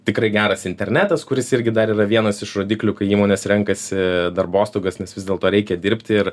tikrai geras internetas kuris irgi dar yra vienas iš rodiklių kai įmonės renkasi darbostogas nes vis dėlto reikia dirbti ir